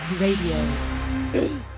radio